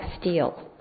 steel